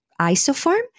isoform